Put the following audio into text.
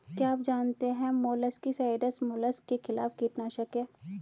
क्या आप जानते है मोलस्किसाइड्स मोलस्क के खिलाफ कीटनाशक हैं?